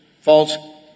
false